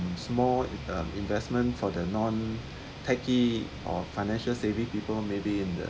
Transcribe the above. small um investment for the non tacky or financial saving people maybe in the